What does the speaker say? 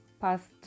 past